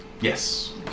Yes